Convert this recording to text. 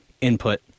input